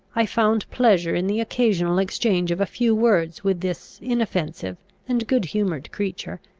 i found pleasure in the occasional exchange of a few words with this inoffensive and good-humoured creature,